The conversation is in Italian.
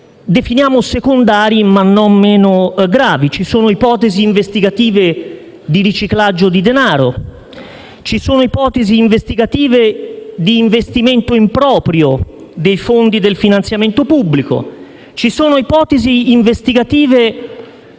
definiamo secondari, ma non meno gravi: ci sono ipotesi investigative di riciclaggio di denaro; ci sono ipotesi investigative di investimento in proprio dei fondi del finanziamento pubblico; ci sono ipotesi investigative